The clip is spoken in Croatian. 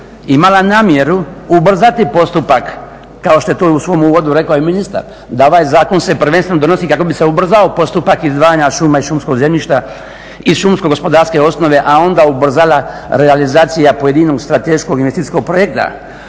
imala namjeru ubrzati postupak kao što je to u svom uvodu rekao i ministar da ovaj zakon se prvenstveno donosi kako bi se ubrzao postupak izdvajanja šuma i šumskog zemljišta iz šumsko-gospodarske osnove, a onda ubrzala realizacija pojedinog strateškog investicijskog projekta